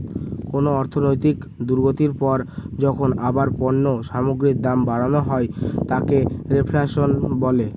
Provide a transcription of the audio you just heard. কোন অর্থনৈতিক দুর্গতির পর যখন আবার পণ্য সামগ্রীর দাম বাড়ানো হয় তাকে রেফ্ল্যাশন বলে